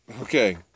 Okay